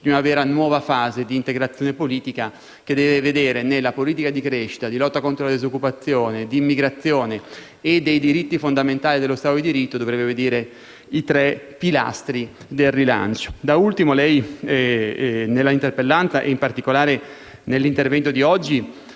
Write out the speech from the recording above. di una vera, nuova fase di integrazione politica, che deve vedere nella politica di crescita, di lotta contro la disoccupazione, di immigrazione e dei diritti fondamentali dello Stato di diritto, i tre pilastri del rilancio. Da ultimo, lei, nell'interpellanza e in particolare nell'intervento di oggi,